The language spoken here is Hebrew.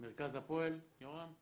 מרכז הפועל, יורם.